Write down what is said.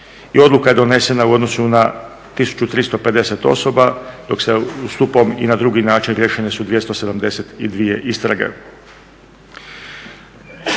odluka je donesena u odnosu na 1350 osoba dok se ustupom i na drugi način riješene su 272 istrage.